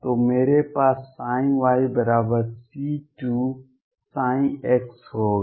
तो मेरे पास yC2 ψx होगा